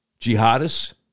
jihadists